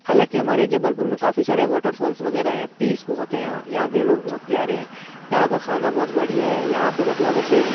हालाँकि हमारे जबलपुर में काफ़ी सारे वॉटरफॉल्स वगैरह है पीस बहुत है यहाँ यहाँ के लोग बहुत प्यारे हैं यहाँ का खाना बहुत बढ़िया है यहाँ पे मतलब ऐसे